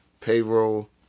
Payroll